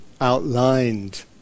outlined